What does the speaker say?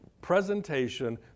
presentation